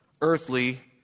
earthly